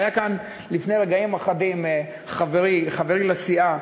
היה כאן לפני רגעים אחדים חברי לסיעה,